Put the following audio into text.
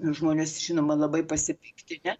žmonės žinoma labai pasipiktinę